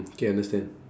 okay understand